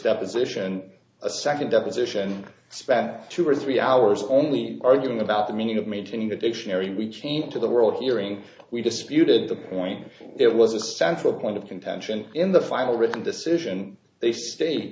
deposition a second deposition spent two or three hours only arguing about the meaning of mentioning the dictionary we changed to the world hearing we disputed the point it was a central point of contention in the final written decision they s